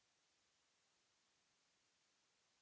Merci